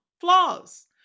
Flaws